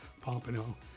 Pompano